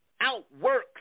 Outwork